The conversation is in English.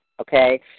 okay